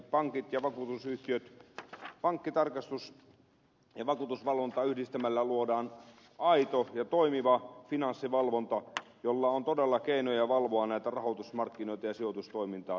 pankit ja vakuutusyhtiöt pankkitarkastus ja vakuutusvalvonta yhdistämällä luodaan aito ja toimiva finanssivalvonta jolla on todella keinoja valvoa näitä rahoitusmarkkinoita ja sijoitustoimintaa tehokkaasti